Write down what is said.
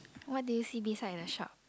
what did you see beside the shop